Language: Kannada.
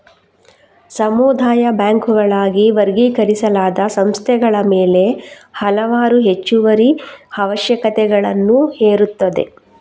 ಸಮುದಾಯ ಬ್ಯಾಂಕುಗಳಾಗಿ ವರ್ಗೀಕರಿಸಲಾದ ಸಂಸ್ಥೆಗಳ ಮೇಲೆ ಹಲವಾರು ಹೆಚ್ಚುವರಿ ಅವಶ್ಯಕತೆಗಳನ್ನು ಹೇರುತ್ತದೆ